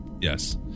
Yes